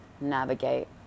navigate